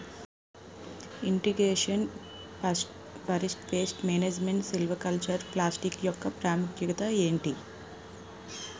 integration forest pest management silvicultural practice యెక్క ప్రాముఖ్యత ఏంటి